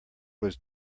was